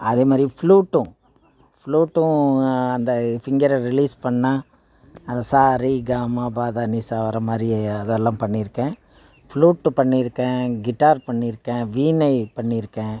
அதே மாதிரி ப்ளூட்டும் ப்ளூட்டும் அந்த ஃபிங்கரை ரிலீஸ் பண்ணால் அந்த ச ரி க மா ப த நி சா வர மாதிரி அதெல்லாம் பண்ணியிருக்கேன் ப்ளூட்டு பண்ணியிருக்கேன் கிட்டார் பண்ணியிருக்கேன் வீணை பண்ணியிருக்கேன்